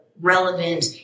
relevant